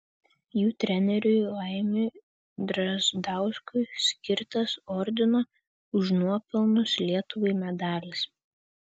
jų treneriui laimiui drazdauskui skirtas ordino už nuopelnus lietuvai medalis